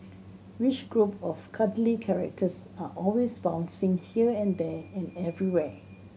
which group of cuddly characters are always bouncing here and there and everywhere